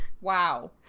Wow